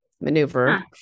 maneuver